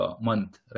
month